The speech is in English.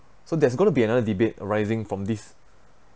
so there's going to be another debate arising from this